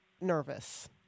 nervous